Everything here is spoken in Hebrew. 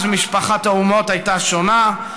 אז משפחת האומות הייתה שונה,